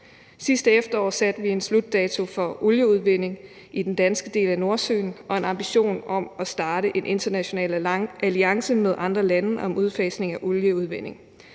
Sidste efterår satte vi en slutdato for olieudvinding i den danske del af Nordsøen og en ambition om at starte en international alliance med andre lande om udfasning af olieudvinding.